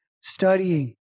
studying